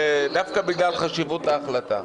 דווקא בגלל חשיבות ההחלטה,